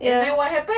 and then what happened